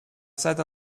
sat